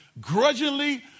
grudgingly